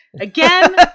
Again